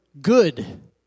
good